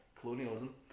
colonialism